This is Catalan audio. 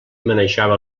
manejava